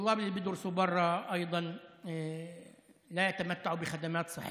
הסטודנטים שלומדים בחוץ לארץ לא נהנים משירותי